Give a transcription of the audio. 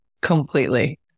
completely